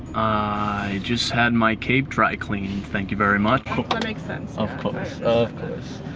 i just had my cape dry cleaned, thank you very much. oh, that makes sense. of course, of course.